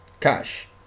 cash